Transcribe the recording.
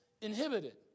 inhibited